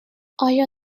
آیا